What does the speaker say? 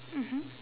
mmhmm